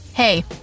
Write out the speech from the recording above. Hey